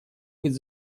быть